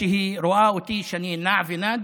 כשהיא רואה אותי שאני נע ונד,